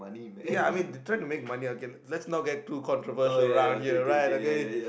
ya I mean they try to make money okay let's not get too controversial lah ya right okay